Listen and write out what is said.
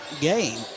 game